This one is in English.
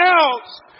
else